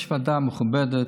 יש ועדה מכובדת,